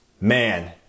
man